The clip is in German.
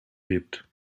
gilt